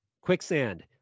Quicksand